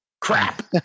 Crap